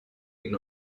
ihn